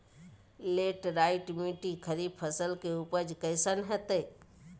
Laterite मिट्टी खरीफ फसल के उपज कईसन हतय?